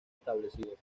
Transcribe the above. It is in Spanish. establecidos